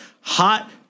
Hot